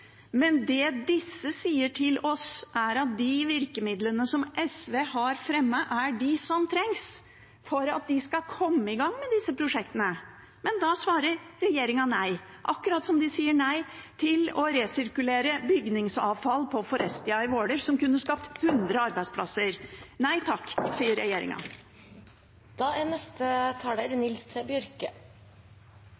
Det disse sier til oss, er at de virkemidlene som SV har fremmet, er det som trengs for at de skal komme i gang med disse prosjektene, men da svarer regjeringen nei – akkurat som de sier nei til å resirkulere bygningsavfall på Forestia i Våler, som kunne skapt 100 arbeidsplasser. Nei takk, sier regjeringen. Det er